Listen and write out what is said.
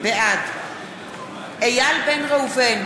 בעד איל בן ראובן,